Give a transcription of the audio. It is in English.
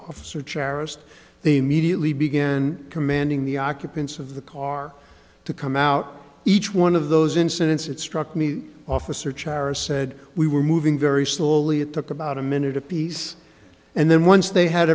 officer cherished they immediately began commanding the occupants of the car to come out each one of those incidents it struck me officer charles said we were moving very slowly it took about a minute apiece and then once they had